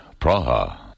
Praha (